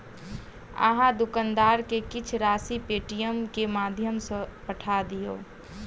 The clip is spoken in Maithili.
अहाँ दुकानदार के किछ राशि पेटीएमम के माध्यम सॅ पठा दियौ